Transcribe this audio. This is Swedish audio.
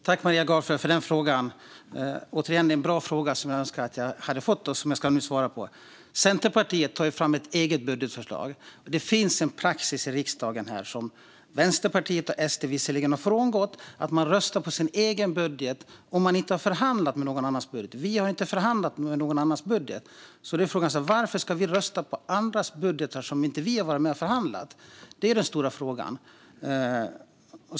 Fru talman! Jag tackar Maria Gardfjell för frågan. Det är återigen en bra fråga som jag nu ska svara på. Centerpartiet tog fram ett eget budgetförslag. Det finns en praxis i riksdagen, som Vänsterpartiet och Sverigedemokraterna visserligen har frångått, att man röstar på sin egen budget om man inte har förhandlat med någon annan om en budget. Vi har inte förhandlat med någon annan om en budget. Då är frågan: Varför ska vi rösta på andras budgetar som vi inte har varit med och förhandlat om? Det är den stora frågan.